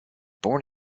born